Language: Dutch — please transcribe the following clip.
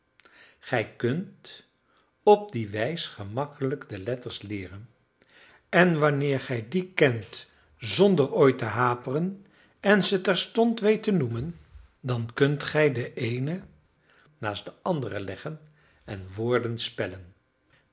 gij kunt op die wijs gemakkelijk de letters leeren en wanneer gij die kent zonder ooit te haperen en ze terstond weet te noemen dan kunt gij de eene naast de andere leggen en woorden spellen